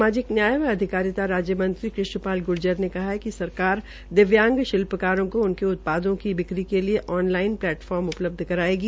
सामाजिक न्याय व अधिकारिता राज्य मंत्री कृष्ण पाल गूर्जर ने कहा है कि सरकार दिव्यांग शिल्पकारों को उनके उत्पादों की बिक्री के लिए ऑन लाइन प्लेटफार्म उपलब्ध करायेगी